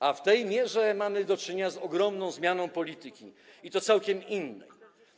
A w tej mierze mamy do czynienia z ogromną zmianą polityki, i to całkiem innej.